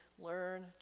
learn